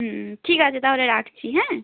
হুম ঠিক আছে তাহলে রাখছি হ্যাঁ